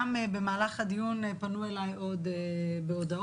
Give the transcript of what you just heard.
גם במהלך הדיון פנו אליי עוד בהודעות